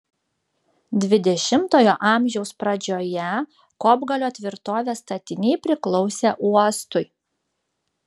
dvidešimtojo amžiaus pradžioje kopgalio tvirtovės statiniai priklausė uostui